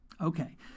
Okay